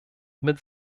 mit